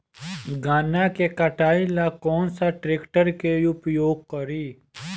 गन्ना के कटाई ला कौन सा ट्रैकटर के उपयोग करी?